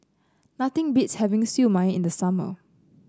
nothing beats having Siew Mai in the summer